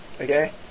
okay